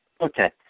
Okay